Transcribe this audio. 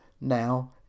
now